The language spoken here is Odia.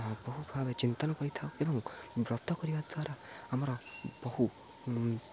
ବହୁ ଭାବେ ଚିନ୍ତନ କରିଥାଉ ଏବଂ ବ୍ରତ କରିବା ଦ୍ୱାରା ଆମର ବହୁ